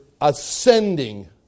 ascending